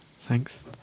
Thanks